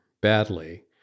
badly